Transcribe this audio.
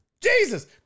Jesus